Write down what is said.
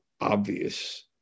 obvious